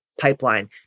pipeline